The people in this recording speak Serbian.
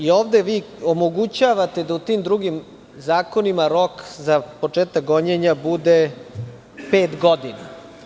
Ovde vi omogućavate da u tim drugim zakonima rok za početak gonjenja bude pet godina.